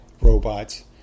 robots